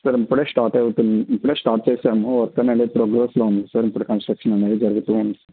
sir ఇప్పుడే start అవుతుంది ఇప్పుడే స్టార్ట్ చేశాము వర్క్ అనేది ప్రోగ్రెస్లో ఉంది సార్ ఇప్పుడు కన్స్ట్రక్షన్ అనేది జరుగుతూ ఉంది